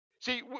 See